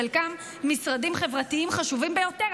חלקם משרדים חברתיים חשובים ביותר?